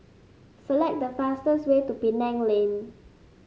select the fastest way to Penang Lane